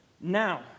now